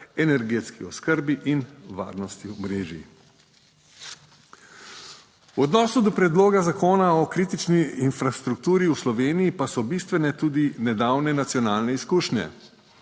energetski oskrbi in varnosti omrežij. V odnosu do predloga zakona o kritični infrastrukturi v Sloveniji pa so bistvene tudi nedavne nacionalne izkušnje.